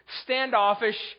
standoffish